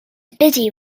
busy